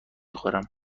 خورم